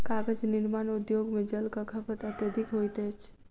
कागज निर्माण उद्योग मे जलक खपत अत्यधिक होइत अछि